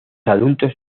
adultos